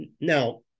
Now